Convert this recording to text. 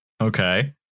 Okay